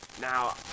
now